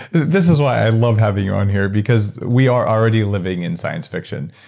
this is why i love having you on here because we are already living in science fiction.